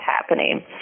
happening